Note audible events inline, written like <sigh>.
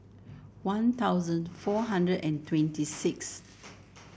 <noise> One Thousand four hundred and twenty six